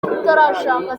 utarashaka